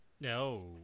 No